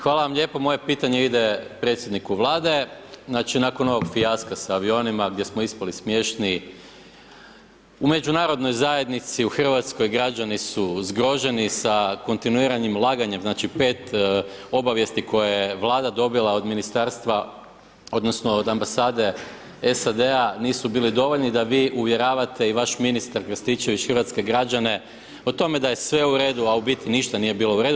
Hvala vam lijepo, moje pitanje ide predsjedniku Vlade, znači nakon ovog fijaska s avionima gdje smo ispali smiješni u međunarodnoj zajednici, u Hrvatskoj, građani su zgroženi sa kontinuiranim laganjem, znači 5 obavijesti koje je Vlada dobila od ministarstva odnosno od Ambasade SAD-a nisu bili dovoljni da vi uvjeravate i vaš ministar Krstičević hrvatske građane o tome da je sve u redu, a u biti ništa nije bilo u redu.